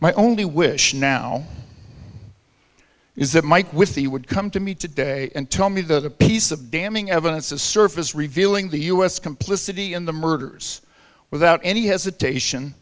my only wish now is that mike with the would come to me today and tell me that a piece of damning evidence to surface revealing the u s complicity in the murders without any hesitation